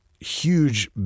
huge